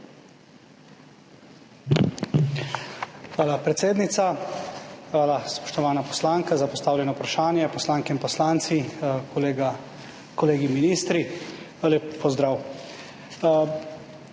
Hvala, predsednica. Hvala, spoštovana poslanka, za postavljeno vprašanje. Poslanke in poslanci, kolegi ministri, lep pozdrav!